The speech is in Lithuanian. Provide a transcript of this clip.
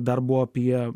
dar buvo apie